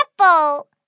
apple